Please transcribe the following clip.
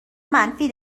منفی